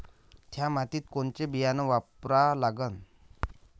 थ्या मातीत कोनचं बियानं वापरा लागन?